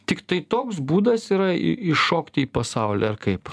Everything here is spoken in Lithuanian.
tiktai toks būdas yra įšokti į pasaulį ar kaip